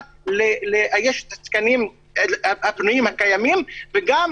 לאייש את התקנים הפנויים הקיימים וגם